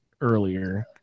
earlier